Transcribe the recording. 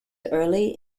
early